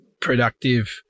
productive